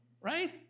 right